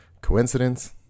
Coincidence